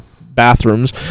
bathrooms